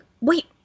wait